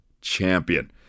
champion